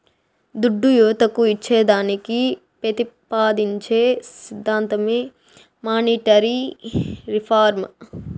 దుడ్డు యువతకు ఇచ్చేదానికి పెతిపాదించే సిద్ధాంతమే మానీటరీ రిఫార్మ్